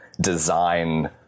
design